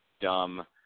dumb